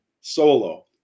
solo